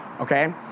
Okay